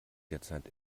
derzeit